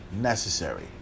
necessary